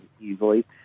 easily